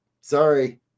sorry